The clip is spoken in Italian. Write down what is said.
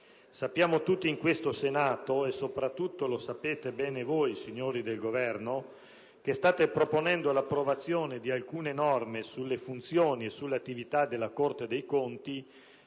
Sappiamo tutti in Senato e soprattutto lo sapete bene voi, signori del Governo, che state proponendo l'approvazione di alcune norme sulle funzioni e sulle attività della Corte dei conti